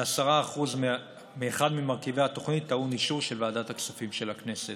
10% מאחד ממרכיבי התוכנית טעון אישור של ועדת הכספים של הכנסת.